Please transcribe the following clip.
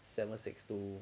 seven six two